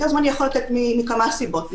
היתר זמני יכולים לתת מכמה סיבות,